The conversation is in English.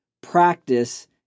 practice